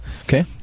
Okay